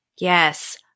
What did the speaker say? Yes